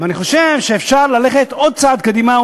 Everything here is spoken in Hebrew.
ואני חושב שאפשר ללכת עוד צעד קדימה,